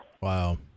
Wow